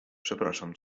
przepraszam